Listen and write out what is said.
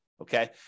okay